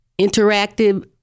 interactive